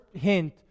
hint